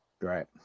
Right